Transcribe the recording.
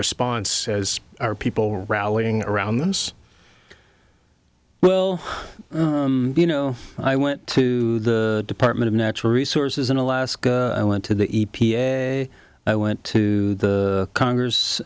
response as are people rallying around the us well you know i went to the department of natural resources in alaska i went to the e p a i went to the congress